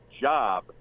job